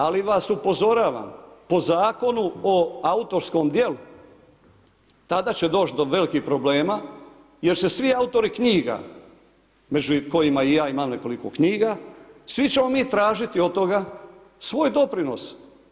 Ali vas upozoravam po zakonu o autorskom dijelu, tada će doći do velikih problema, jer se svi autori knjiga, među kojima i ja imam nekoliko knjiga, svi ćemo mi tražiti od toga svoj doprinos.